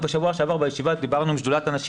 בישיבה בשבוע שעבר דיברנו עם שדולת הנשים